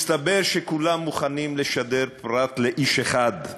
מסתבר שכולם מוכנים לשדר פרט לאיש אחד,